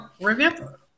remember